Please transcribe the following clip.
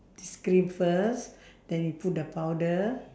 this cream first then you put the powder